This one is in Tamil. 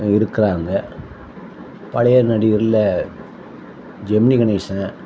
இருக்கிறாங்க பழைய நடிகரில் ஜெமினி கணேசன்